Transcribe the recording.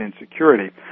insecurity